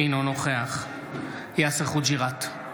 אינו נוכח יאסר חוג'יראת,